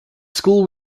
school